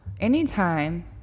anytime